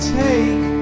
take